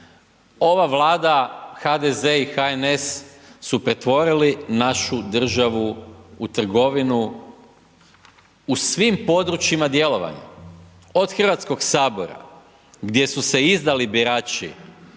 Ova Vlada HDZ i HNS su pretvorili našu državu u trgovinu u svim područjima djelovanja, od Hrvatskog sabora gdje su se izdali birači